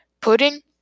pudding